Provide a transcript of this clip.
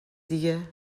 دیگه